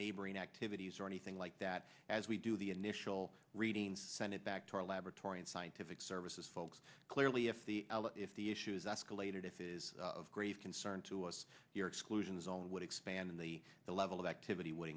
neighboring activities or anything like that as we do the initial readings send it back to our laboratory and scientific services folks clearly if the if the issues escalated if it is of grave concern to us here exclusion zone would expand the the level of activity would